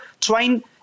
trying